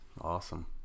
Awesome